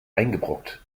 eingebrockt